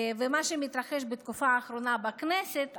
ולמה שמתרחש בתקופה האחרונה בכנסת,